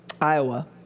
Iowa